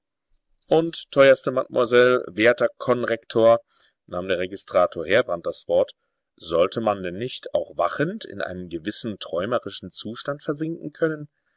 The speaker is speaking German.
und teuerste mademoiselle werter konrektor nahm der registrator heerbrand das wort sollte man denn nicht auch wachend in einen gewissen träumerischen zustand versinken können